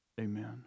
Amen